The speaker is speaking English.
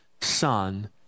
Son